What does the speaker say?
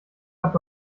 hat